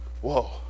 whoa